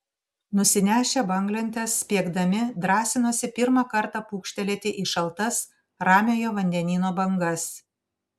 nusinešę banglentes spiegdami drąsinosi pirmą kartą pūkštelėti į šaltas ramiojo vandenyno bangas